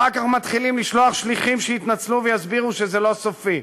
אחר כך מתחילים לשלוח שליחים שיתנצלו ויסבירו שזה לא סופי.